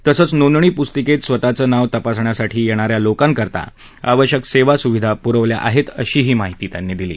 तसंच नोंदणी पुस्तिकेत स्वतःचं नाव तपासण्यासाठी येणाऱ्या लोकांसाठी आवश्यक सेवा सुविधा पुरवल्या असल्याची माहितीही त्यांनी दिली